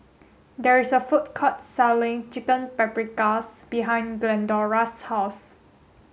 there is a food court selling Chicken Paprikas behind Glendora's house